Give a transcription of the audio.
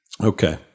Okay